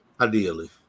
Ideally